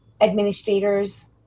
administrators